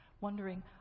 wondering